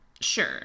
Sure